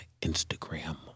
Instagram